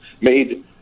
made